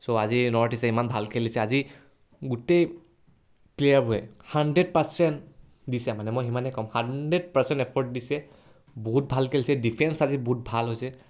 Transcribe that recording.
চ' আজি নৰ্থ ইষ্টে ইমান ভাল খেলিছে আজি গোটেই প্লেয়াৰবোৰে হাণ্ড্ৰেড পাৰ্চেণ্ট দিছে মানে মই সিমানেই কম হাণ্ড্ৰেড পাৰ্চেণ্ট এফৰ্ট দিছে বহুত ভাল খেলিছে ডিফেঞ্চ আজি বহুত ভাল হৈছে